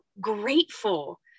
grateful